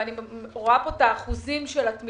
ואני רואה פה את האחוזים של התמיכות,